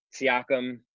Siakam